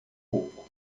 pouco